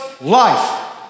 life